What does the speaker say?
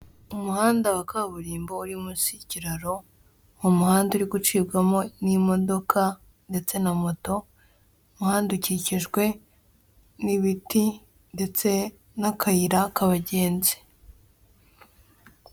Umuhanda wa kaburimbo uri munsi y'ikiraro, umuhanda uri gucibwamo n'imodoka ndetse na moto, umuhanda ukikijwe n'ibiti ndetse n'akayira k'abagenzi.